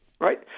Right